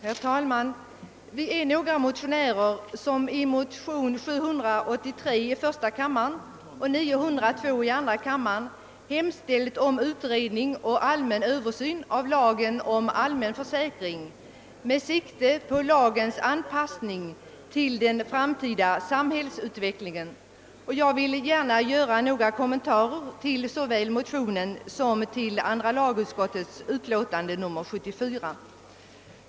Herr talman! Vi är några motionä rer som i motionerna I: 783 och II: 902 hemställt om utredning och en allmän översyn av lagen om allmän försäkring med sikte på lagens anpassning till den framtida samhällsutvecklingen. Jag vill gärna göra några kommentarer till såväl motionerna som till andra lagutskottets utlåtande nr 74.